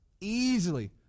Easily